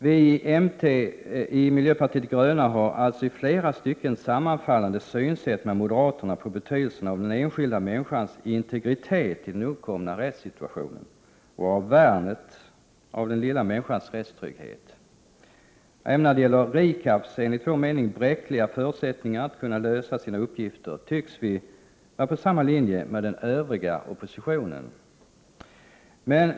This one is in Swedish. Vi i miljöpartiet de gröna har alltså i flera stycken sammanfallande synsätt med moderaterna i fråga om betydelsen av den enskilda människans integritet i den uppkomna rättssituationen och i fråga om den lilla människans rättstrygghet. När det gäller RIKAB:s enligt vår mening bräckliga förutsättningar att kunna lösa sina uppgifter tycks vi vara på samma linje som den övriga oppositionen.